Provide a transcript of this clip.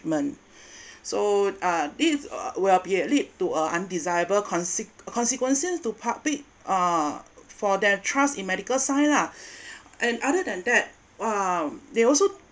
so uh this uh will be a lead to uh undesirable conse~ consequences to public uh for their trust in medical sign lah and other than that um they also